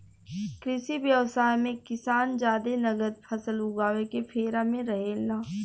कृषि व्यवसाय मे किसान जादे नगद फसल उगावे के फेरा में रहेला